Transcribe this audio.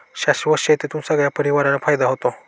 शाश्वत शेतीतून सगळ्या परिवाराला फायदा होतो